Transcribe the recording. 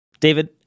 David